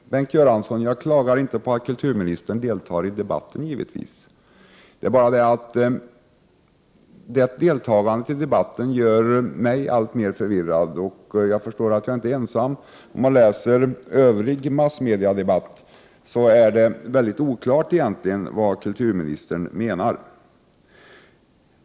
Herr talman! Nej, Bengt Göransson, jag klagar givetvis inte på att kulturministern deltar i debatten. Det är bara det att deltagandet i debatten gör mig alltmer förvirrad, och jag förstår att jag inte är ensam om det. För den som läser övriga inlägg i massmediadebatten är det väldigt oklart vad kulturministern egentligen menar.